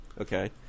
Okay